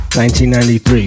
1993